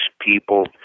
people